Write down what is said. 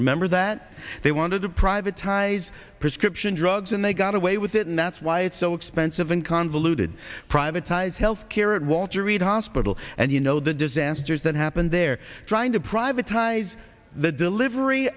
remember that they wanted to privatized prescription drugs and they got away with it and that's why it's so expensive and convoluted privatized health care at walter reed hospital and you know the disasters that happened there trying to privatized the delivery